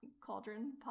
cauldron